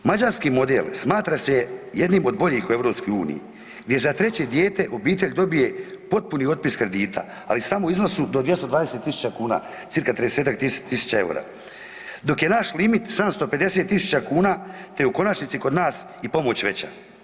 Mađarski model smatra se jednim od boljih u EU gdje za treće dijete obitelj dobije potpuni otpis kredita, ali samo u iznosu do 220.000 kuna cca 30-ak tisuća eura, dok je naš limit 750.000 kuna te je u konačnici kod nas i pomoć veća.